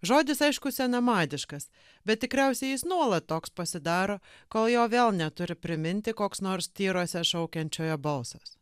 žodis aišku senamadiškas bet tikriausiai jis nuolat toks pasidaro kol jo vėl neturi priminti koks nors tyruose šaukiančiojo balsas